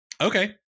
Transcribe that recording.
Okay